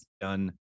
done